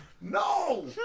No